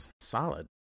solid